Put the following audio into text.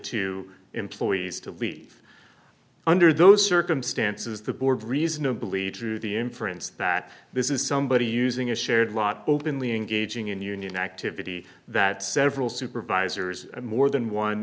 two employees to leave under those circumstances the board reasonably true the inference that this is somebody using a shared lot openly engaging in union activity that several supervisors and more than one